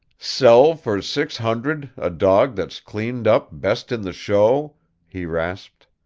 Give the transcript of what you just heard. sell for six hundred a dog that's cleaned up best in the show he rasped.